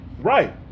Right